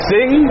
Sing